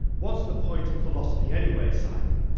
what's the point of philosophy anyway, simon?